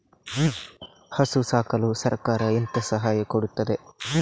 ಹಸು ಸಾಕಲು ಸರಕಾರ ಎಂತ ಸಹಾಯ ಕೊಡುತ್ತದೆ?